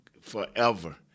forever